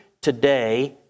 today